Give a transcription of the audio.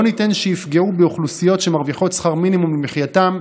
לא ניתן שיפגעו באוכלוסיות שמרוויחות שכר מינימום למחייתן,